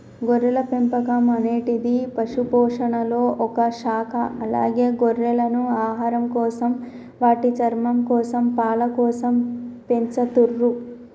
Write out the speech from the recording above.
గొర్రెల పెంపకం అనేటిది పశుపోషణలొ ఒక శాఖ అలాగే గొర్రెలను ఆహారంకోసం, వాటి చర్మంకోసం, పాలకోసం పెంచతుర్రు